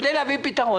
כדי להביא פתרון,